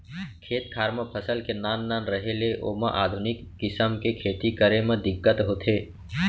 खेत खार म फसल के नान नान रहें ले ओमा आधुनिक किसम के खेती करे म दिक्कत होथे